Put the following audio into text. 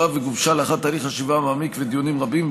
וגובשה לאחר תהליך חשיבה מעמיק ודיונים רבים,